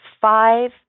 five